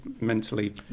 mentally